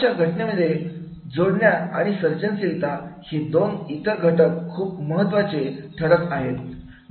अशा घटनेमध्ये जोडण्या आणि सर्जनशीलता असे दोन इतर घटक सुद्धा खूप खूप महत्त्वाचे ठरत आहेत